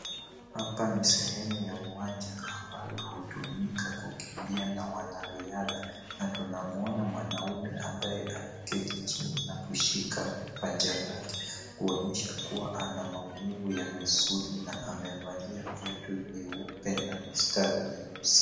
Hapa ni sehemu ya uwanja ambayo hutumika kukimbia na wanariadha na tunamwona mwanaume ambaye ameketi chini na kushika mapaja lake kuonyesha kuwa ana maumivu ya misuli na amevalia viatu vyeupe na mistari mieusi.